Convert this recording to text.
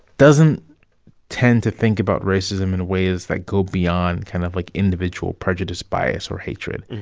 doesn't tend to think about racism in ways that go beyond kind of, like, individual prejudice, bias or hatred.